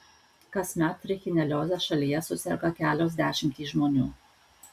kasmet trichinelioze šalyje suserga kelios dešimtys žmonių